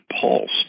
pulse